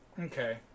Okay